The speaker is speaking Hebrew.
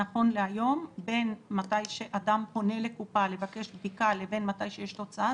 שנכון להיום בין מתי שאדם פונה לקופה לבקש בדיקה לבין מתי שיש תוצאה,